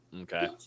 Okay